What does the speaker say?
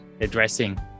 Addressing